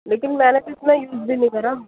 لیکن میں نے اتنا یوز بھی نہیں کرا